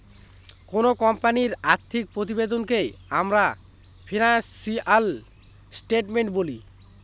কোনো কোম্পানির আর্থিক প্রতিবেদনকে আমরা ফিনান্সিয়াল স্টেটমেন্ট বলি